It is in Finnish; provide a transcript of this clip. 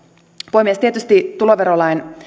puhemies tietysti tuloverolain